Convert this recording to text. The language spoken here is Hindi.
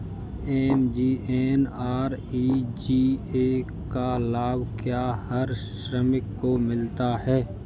एम.जी.एन.आर.ई.जी.ए का लाभ क्या हर श्रमिक को मिलता है?